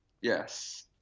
Yes